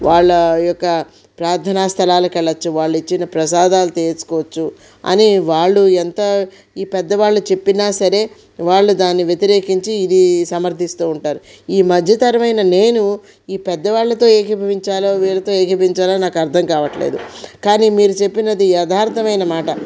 వాళ్ళ యొక్క ప్రార్థన స్థలాలకు వెళ్ళొచ్చు వాళ్ళు ఇచ్చిన ప్రసాదాలు తీసుకోవచ్చు అని వాళ్ళు ఎంత ఈ పెద్ద వాళ్ళు చెప్పిన సరే వాళ్ళు దాని వ్యతిరేకించి ఇది సమర్థిస్తూ ఉంటారు ఈ మధ్యతరమైన నేను ఈ పెద్ద వాళ్ళతో ఏకీభవించాలో వీళ్ళతో ఏకీభవించాలో నాకు అర్థం కావట్లేదు కానీ మీరు చెప్పినది యదార్థమైన మాట